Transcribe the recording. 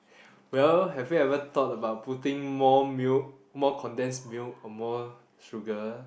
well have you ever thought about putting more milk more condensed milk or more sugar